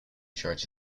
church